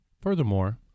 Furthermore